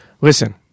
Listen